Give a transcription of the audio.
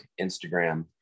Instagram